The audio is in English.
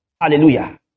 Hallelujah